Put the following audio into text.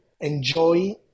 enjoy